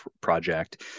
project